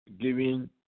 giving